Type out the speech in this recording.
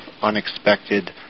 unexpected